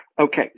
Okay